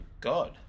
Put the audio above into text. God